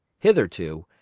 hitherto,